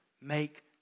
make